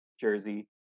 Jersey